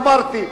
אמרתי.